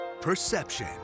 Perception